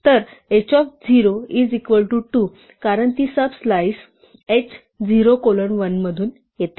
तर h of 0 is equal to 2 कारण ती सब स्लाइस h 0 कोलन 1 मधून येते